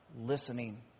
Listening